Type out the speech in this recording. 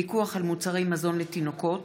פיקוח על מוצרי מזון לתינוקות),